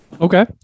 Okay